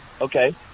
Okay